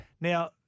now